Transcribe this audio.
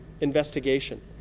investigation